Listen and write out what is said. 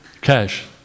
Cash